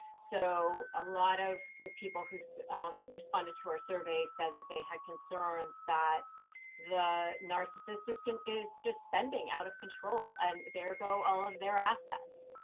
so a lot of the people who responded to our survey said that they had concerns that the narcissist and is just spending out of control, and there go all of their assets.